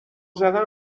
زدن